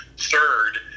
third